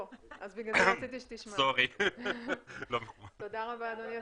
תודה רבה אדוני השר.